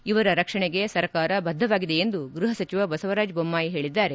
ಇವರ ರಕ್ಷಣೆಗೆ ಸರ್ಕಾರ ಬದ್ದವಾಗಿದೆ ಎಂದು ಗೃಹ ಸಚಿವ ಬಸವರಾಜ್ ಬೊಮ್ಮಾಯಿ ಹೇಳಿದ್ದಾರೆ